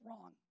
wrong